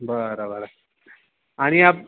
बरं बरं आणि आप